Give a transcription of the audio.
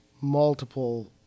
multiple